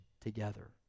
together